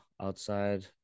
outside